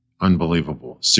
Unbelievable